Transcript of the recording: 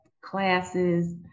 classes